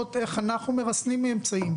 דוגמאות איך אנחנו מרסנים אמצעים.